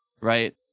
right